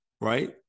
right